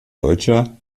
deutscher